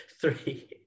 three